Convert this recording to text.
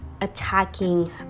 attacking